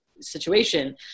situation